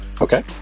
Okay